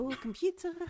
computer